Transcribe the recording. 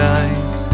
eyes